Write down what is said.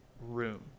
room